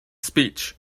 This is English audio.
speech